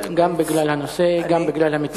גם בגלל הנושא, גם בגלל המציע.